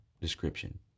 description